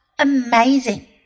amazing